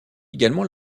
également